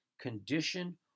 condition